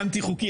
או לא?